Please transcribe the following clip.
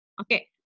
okay